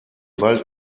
wald